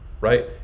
right